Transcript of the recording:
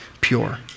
pure